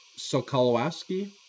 Sokolowski